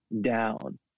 down